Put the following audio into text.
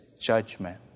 judgment